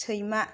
सैमा